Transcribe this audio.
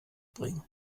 bringen